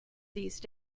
these